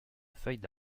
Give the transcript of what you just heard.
feuilles